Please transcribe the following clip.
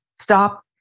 stop